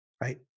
Right